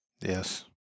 Yes